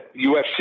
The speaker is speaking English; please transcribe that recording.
UFC